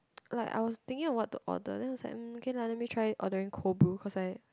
like I was thinking of want to order then I was like mm k lah let me try ordering cold brew cause I